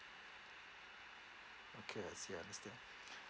okay I see understand